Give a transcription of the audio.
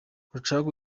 rucagu